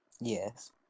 Yes